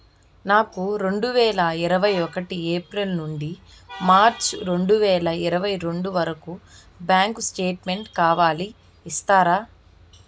నాకు రెండు వేల ఇరవై ఒకటి ఏప్రిల్ నుండి మార్చ్ రెండు వేల ఇరవై రెండు వరకు బ్యాంకు స్టేట్మెంట్ కావాలి ఇస్తారా